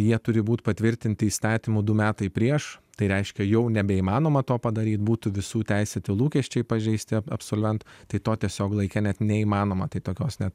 jie turi būti patvirtinti įstatymu du metai prieš tai reiškia jau nebeįmanoma to padaryt būtų visų teisėti lūkesčiai pažeisti absolventų tai to tiesiog laike net neįmanoma tai tokios net